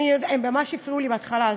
הם ממש הפריעו לי בהתחלה,